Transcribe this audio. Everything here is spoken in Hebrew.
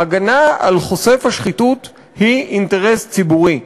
ההגנה על חושף השחיתות היא אינטרס ציבורי.